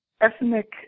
ethnic